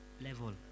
level